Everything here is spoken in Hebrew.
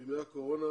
בימי הקורונה,